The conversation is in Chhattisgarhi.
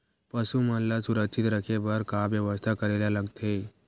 पशु मन ल सुरक्षित रखे बर का बेवस्था करेला लगथे?